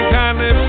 kindly